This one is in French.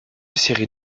séries